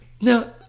Now